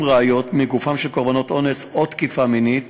הראיות מגופן של קורבנות אונס או תקיפה מינית